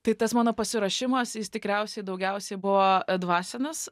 tai tas mano pasiruošimas jis tikriausiai daugiausiai buvo dvasinis